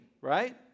right